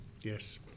Yes